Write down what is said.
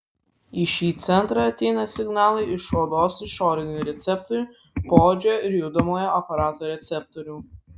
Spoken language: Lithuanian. į šį centrą ateina signalai iš odos išorinių receptorių poodžio ir judamojo aparato receptorių